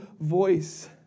voice